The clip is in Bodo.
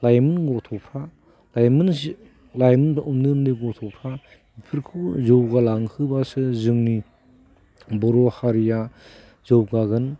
लाइमोन गथ'फ्रा लाइमोन लाइमोन उन्दै उन्दै गथ'फ्रा बेफोरखौ जौगालांहोब्लासो जोंनि बर' हारिया जौगागोन